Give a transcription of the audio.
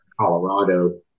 Colorado